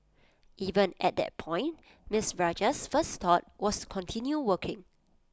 even at that point miss Rajah's first thought was continue working